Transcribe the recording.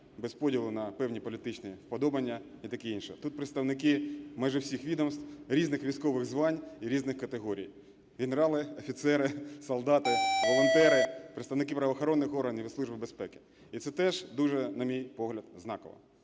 без поділу на певні політичні вподобання і таке інше. Тут представники маже всіх відомств, різних військових звань і різних категорій: генерали, офіцери, солдати, волонтери, представники правоохоронних органів і Служби безпеки. І це теж дуже, на мій погляд, знаково.